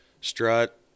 strut